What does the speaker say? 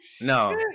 No